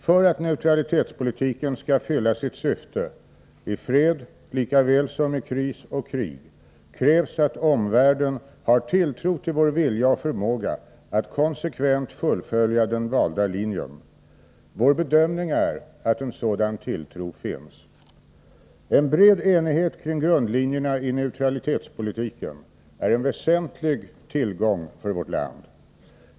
För att neutralitetspolitiken skall fylla sitt syfte i fred likaväl som i kris och krig krävs att omvärlden har tilltro till vår vilja och förmåga att konsekvent fullfölja den valda linjen. Vår bedömning är att en sådan tilltro finns. En bred enighet kring grundlinjerna i neutralitetspolitiken är en väsentlig tillgång för vårt land.